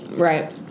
right